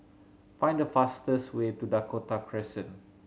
find the fastest way to Dakota Crescent